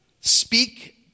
speak